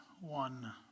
one